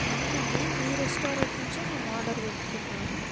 అవునండి మీ రెస్టారెంట్ నుంచే మేము ఆర్డర్ పెట్టుకున్నాము